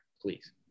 please